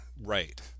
Right